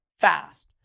fast